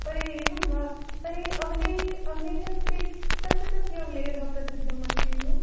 अरे एवं वा तर्हि अवलेहे अवलेहस्य कस्य कस्य अवलेहः प्रसिद्धमस्ति भोः